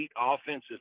offensive